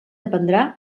dependrà